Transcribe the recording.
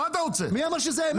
אני לא יודע כמה מרוויחות.